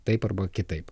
taip arba kitaip